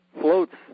floats